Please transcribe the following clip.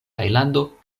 tajlando